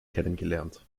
kennengelernt